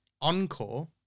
Encore